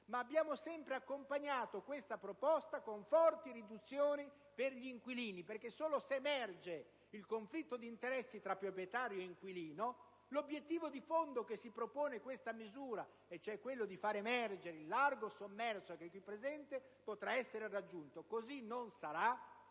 ma abbiamo sempre accompagnato questa proposta con forti riduzioni per gli inquilini, perché solo se emerge il conflitto di interessi tra proprietario e inquilino l'obiettivo di fondo che si propone questa misura, e cioè quello di far emergere il largo sommerso che è qui presente, potrà essere raggiunto. Così non sarà,